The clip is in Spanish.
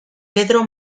pedro